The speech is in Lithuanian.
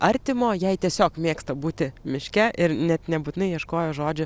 artimo jei tiesiog mėgsta būti miške ir net nebūtinai ieškojo žodžio